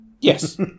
Yes